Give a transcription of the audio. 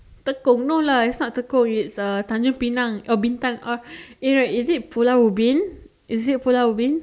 Tekong no lah it's not Tekong it's uh Tanjung-Pinang uh Bintan uh you know is it Pulau-Ubin is it Pulau-Ubin